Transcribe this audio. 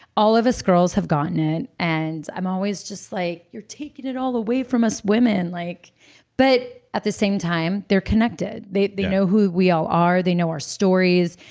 all of us girls have gotten it, and i'm always just like, you're taking it all away from us women, like but at the same time, they're connected yeah they know who we all are. they know our stories,